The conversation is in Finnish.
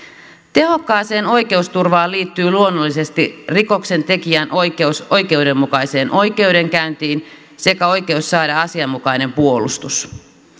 tehokkaaseen oikeusturvaan liittyy luonnollisesti rikoksentekijän oikeus oikeudenmukaiseen oikeudenkäyntiin sekä oikeus saada asianmukainen puolustus